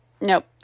Nope